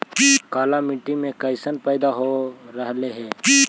काला मिट्टी मे कैसन पैदा हो रहले है?